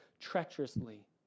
treacherously